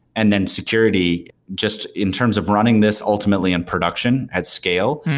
and then security, just in terms of running this ultimately in production, at scale,